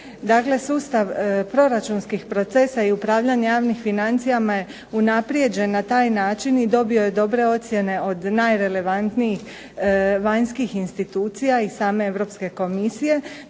sustav proračunskih procesa i upravljanja javnim financijama je unaprijeđen na taj način i dobio je dobre ocjene od najrelevantnijih vanjskih institucija i same Europske komisije.